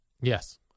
Yes